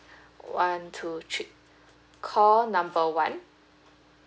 one two three call number one